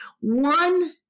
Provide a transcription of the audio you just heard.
one